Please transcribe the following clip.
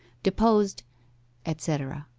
deposed etc.